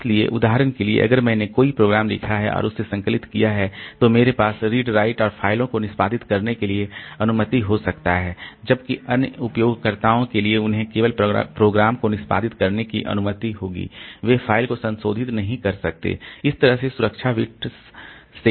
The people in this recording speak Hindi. इसलिए उदाहरण के लिए अगर मैंने कोई प्रोग्राम लिखा है और उसे संकलित किया है तो मेरे पास रीड राइट और फ़ाइलों की निष्पादित करने के लिए अनुमति हो सकता है जबकि अन्य उपयोगकर्ताओं के लिए उन्हें केवल प्रोग्राम को निष्पादित करने की अनुमति होगी वे फ़ाइल को संशोधित नहीं कर सकते इस तरह से सुरक्षा बिट्स सेट किया जा सकता है